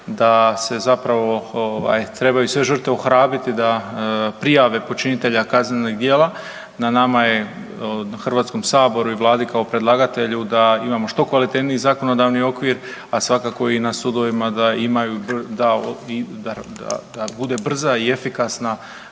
da se zapravo trebaju sve žrtve ohrabriti da prijave počinitelja kaznenih djela. Na nama je HS-u i Vladi kao predlagatelju da imamo što kvalitetniji zakonodavni okvir, a svakako i na sudovima da bude brze i efikasna